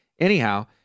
Anyhow